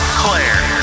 claire